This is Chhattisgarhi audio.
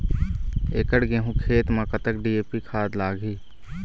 एकड़ गेहूं खेत म कतक डी.ए.पी खाद लाग ही?